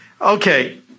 Okay